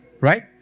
Right